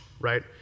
right